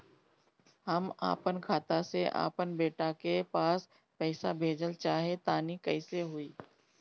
हम आपन खाता से आपन बेटा के पास पईसा भेजल चाह तानि कइसे होई?